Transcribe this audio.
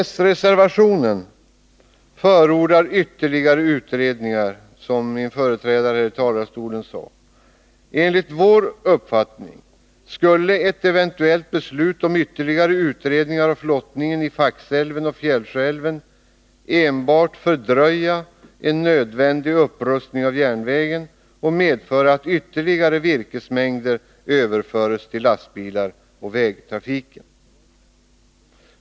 S-reservationen förordar ytterligare utredningar, som min företrädare här i talarstolen sade. Enligt vår uppfattning skulle ett eventuellt beslut om ytterligare utredningar av flottningen i Faxälven och Fjällsjöälven enbart fördröja en nödvändig upprustning av järnvägen och medföra att ytterligare virkesmängder överfördes till lastbilarna och vägtrafiken.